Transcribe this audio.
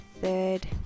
third